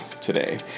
today